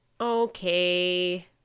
Okay